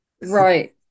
right